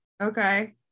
Okay